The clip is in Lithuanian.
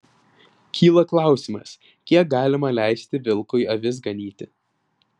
kyla klausimas kiek galima leisti vilkui avis ganyti